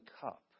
cup